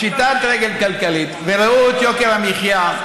וראו את יוקר המחיה,